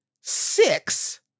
six